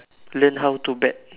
learn how to bet